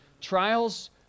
Trials